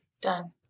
done